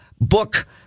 book